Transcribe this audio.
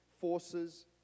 forces